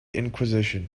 inquisition